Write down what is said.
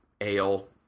ale